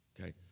Okay